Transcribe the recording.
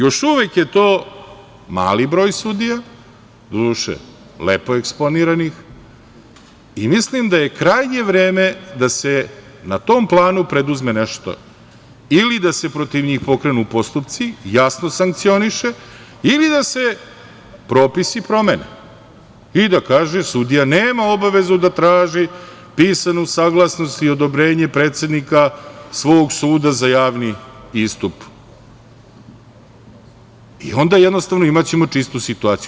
Još uvek je to mali broj sudija, doduše lepo eksponiranih i mislim da je krajnje vreme da se na tom planu preduzme nešto ili da se protiv njih pokrenu postupci, jasno sankcioniše ili da se propisi promene i da kaže sudija nema obavezu da traži pisanu saglasnost i odobrenje predsednika svog suda za javni istup i onda jednostavno imaćemo čistu situaciju.